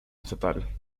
estatal